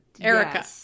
erica